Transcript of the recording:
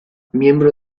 miembro